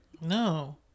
No